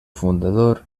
fundador